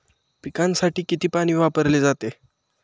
पिकांसाठी किती पाणी वापरले जाते?